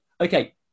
okay